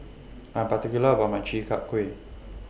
I'm particular about My Chi Kak Kuih